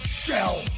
shell